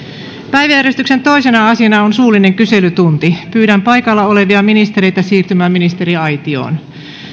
päiväjärjestyksen toisena asiana on suullinen kyselytunti pyydän paikalla olevia ministereitä siirtymään ministeriaitioon